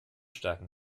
stärken